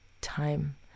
time